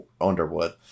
Underwood